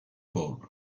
bowl